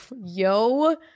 yo